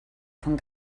von